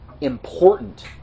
important